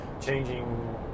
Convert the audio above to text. changing